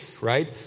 right